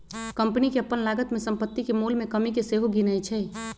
company अप्पन लागत में सम्पति के मोल में कमि के सेहो गिनै छइ